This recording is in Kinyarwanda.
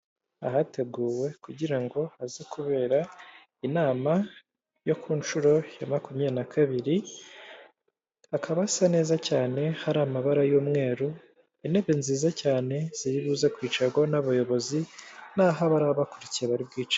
Ahateguwe kugira ngo haze kubera inama yo ku nshuro ya makumyabiri na kabiri, hakaba hasa neza cyane hari amabara y'umweru, intebe nziza cyane ziri buze kwicarwaho n'abayobozi n'aho abaraba bakurikiye bari bwicare.